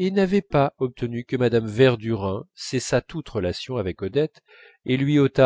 et n'avaient pas obtenu que mme verdurin cessât toutes relations avec odette et lui